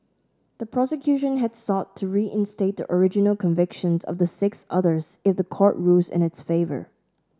the prosecution had sought to reinstate the original convictions of the six others if the court rules in its favour